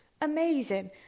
Amazing